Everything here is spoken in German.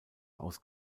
aus